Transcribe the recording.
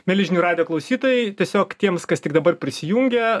mieli žinių radijo klausytojai tiesiog tiems kas tik dabar prisijungė